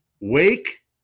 Wake